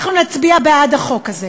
אנחנו נצביע בעד החוק הזה,